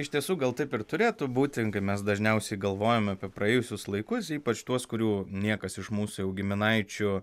iš tiesų gal taip ir turėtų būti mes dažniausiai galvojame apie praėjusius laikus ypač tuos kurių niekas iš mūsų jau giminaičių